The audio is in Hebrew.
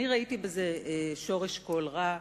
ראיתי בזה שורש כל רע,